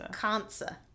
cancer